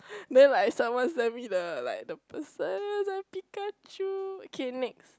then like someone sent me the like the person I was like Pikachu okay next